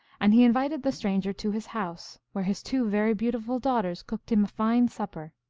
and he invited the stranger to his house, where his two very beautiful daughters cooked him a fine sup per.